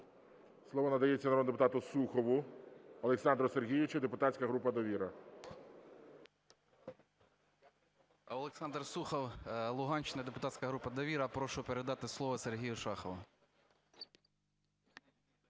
Слово надається народному депутату Сухову Олександру Сергійовичу, депутатська група "Довіра". 11:07:17 СУХОВ О.С. Олександр Сухов, Луганщина, депутатська група "Довіра". Прошу передати слово Сергію Шахову.